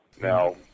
Now